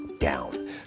down